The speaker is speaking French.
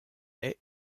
est